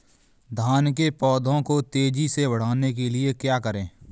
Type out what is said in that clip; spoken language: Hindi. धान के पौधे को तेजी से बढ़ाने के लिए क्या करें?